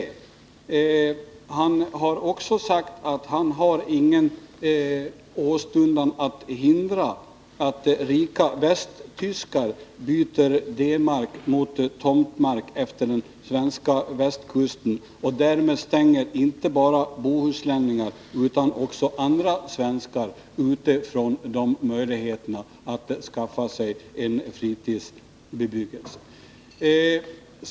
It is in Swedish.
Georg Danell har också sagt att han inte har någon åstundan att hindra att rika västtyskar byter D-mark mot tomtmark vid den svenska västkusten och därmed stänger ute inte bara bohuslänningar utan också andra svenskar från möjligheterna att skaffa sig fritidshus där.